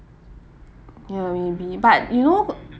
ya maybe but you know